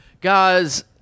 Guys